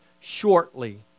shortly